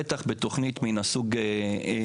בטח בתוכנית מן הסוג הזה.